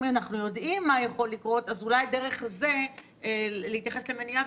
זה להתייחס למניעה.